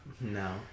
No